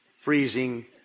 freezing